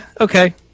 Okay